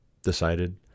decided